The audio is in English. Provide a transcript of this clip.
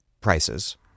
prices